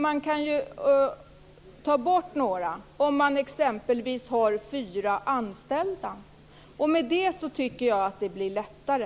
Man kan ta bort några, om man exempelvis har fyra anställda. Med det tycker jag att det blir lättare.